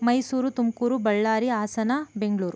Mysuru Tumakuru Ballari Hassan Bengaluru